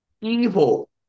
evil